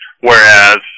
whereas